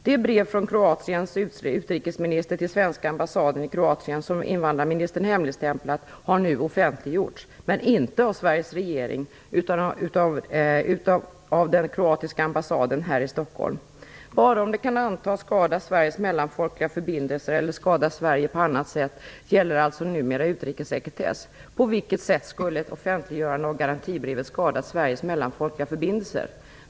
Det brev från Kroatiens utrikesminister till den svenska ambassaden i Kroatien som invandrarministern hemligstämplat har nu offentliggjorts, men inte av Sveriges regering utan av den kroatiska ambassaden här i Stockholm. Bara om det kan antas skada Sveriges mellanfolkliga förbindelser eller skada Sverige på annat sätt gäller alltså numera utrikessekretess. På vilket sätt skulle ett offentliggörande av garantibrevet skada Sveriges mellanfolkliga förbindelser?